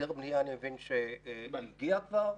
היתר בנייה, אני מבין שמגיע כבר.